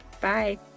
Bye